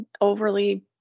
overly